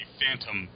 phantom